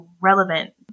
relevant